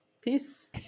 peace